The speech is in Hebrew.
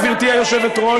גברתי היושבת-ראש,